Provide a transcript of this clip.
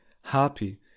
happy